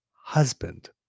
husband